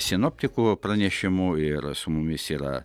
sinoptikų pranešimu ir su mumis yra